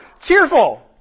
cheerful